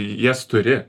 jas turi